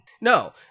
No